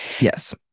Yes